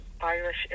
Irish